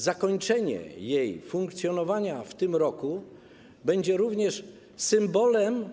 Zakończenie jej funkcjonowania w tym roku będzie również symbolem